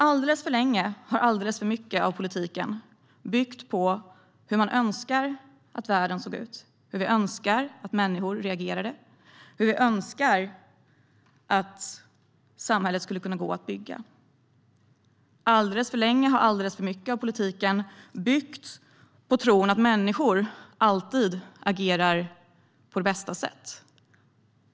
Alldeles för länge har alldeles för mycket av politiken byggt på hur vi önskar att världen såg ut, hur vi önskar att människor reagerade, hur vi önskar att samhället skulle kunna gå att bygga. Alldeles för länge har alldeles för mycket av politiken byggts på tron att människor alltid agerar på bästa sätt.